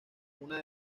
una